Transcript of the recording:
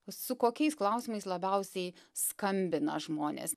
su kokiais klausimais labiausiai skambina žmonės